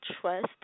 trust